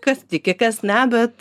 kas tiki kas ne bet